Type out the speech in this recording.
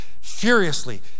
furiously